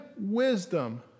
wisdom